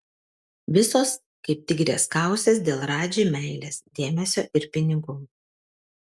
visos kaip tigrės kausis dėl radži meilės dėmesio ir pinigų